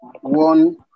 one